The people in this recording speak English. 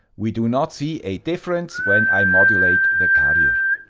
we do not see a difference when i modulate the carrier.